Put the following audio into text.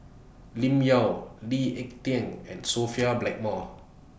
Lim Yau Lee Ek Tieng and Sophia Blackmore